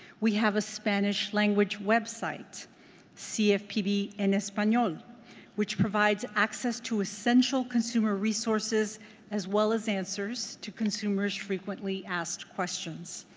we have a spanish language website cfpb en espanol which provides access to essential consumer resources as well as answers to consumers' frequently asked questions.